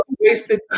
wasted